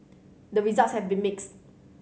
the results have been mixed